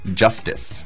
justice